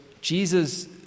Jesus